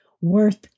worth